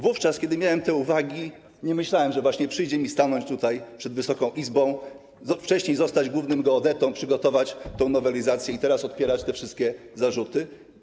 Wówczas, kiedy miałem te uwagi, nie myślałem, że przyjdzie mi stanąć tutaj przed Wysoką Izbą, wcześniej zostać głównym geodetą, przygotować tę nowelizację i teraz odpierać te wszystkie zarzuty.